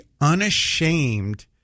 unashamed